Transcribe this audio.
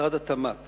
משרד התמ"ת